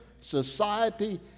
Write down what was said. society